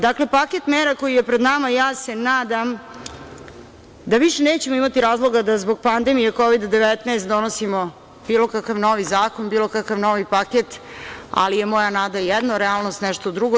Dakle, paket mera koji je pred nama, ja se nadam da više nećemo imati razloga da zbog pandemije Kovida 19 donosimo bilo kakav novi zakon, bilo kakav novi paket, ali je moja nada jedno, a realnost nešto drugo.